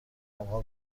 اقا